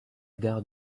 gare